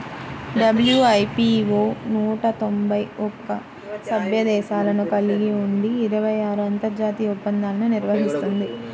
WIPO నూట తొంభై ఒక్క సభ్య దేశాలను కలిగి ఉండి ఇరవై ఆరు అంతర్జాతీయ ఒప్పందాలను నిర్వహిస్తుంది